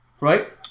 Right